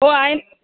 हो आहे